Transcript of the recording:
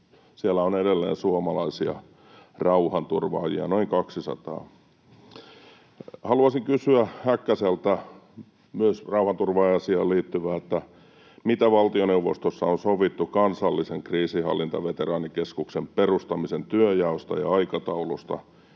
Siellä on edelleen suomalaisia rauhanturvaajia noin 200. Haluaisin kysyä Häkkäseltä myös rauhanturvaaja-asiaan liittyvää: Mitä valtioneuvostossa on sovittu kansallisen kriisinhallintaveteraanikeskuksen perustamisen työnjaosta ja aikataulusta?